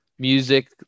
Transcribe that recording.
Music